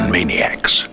Maniacs